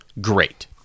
Great